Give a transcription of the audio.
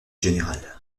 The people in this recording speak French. général